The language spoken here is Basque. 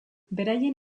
beraien